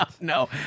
No